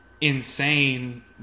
insane